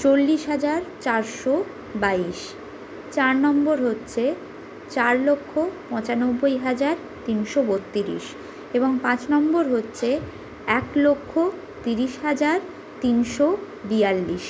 চল্লিশ হাজার চারশো বাইশ চার নম্বর হচ্ছে চার লক্ষ পঁচানব্বই হাজার তিনশো বত্তিরিশ এবং পাঁচ নম্বর হচ্ছে এক লক্ষ তিরিশ হাজার তিনশো বিয়াল্লিশ